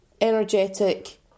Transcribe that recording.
energetic